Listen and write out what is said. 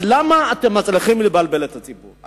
אז למה אתם מצליחים לבלבל את הציבור?